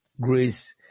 grace